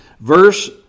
Verse